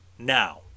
Now